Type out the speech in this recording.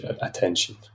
attention